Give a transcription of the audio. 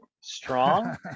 strong